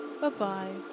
Bye-bye